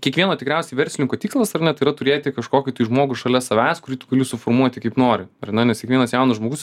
kiekvieno tikriausiai verslininko tikslas ar ne tai yra turėti kažkokį tai žmogų šalia savęs kurį tu gali suformuoti kaip nori ar ne nes kiekvienas jaunas žmogus